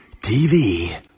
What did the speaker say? TV